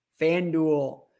FanDuel